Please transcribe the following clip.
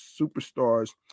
superstars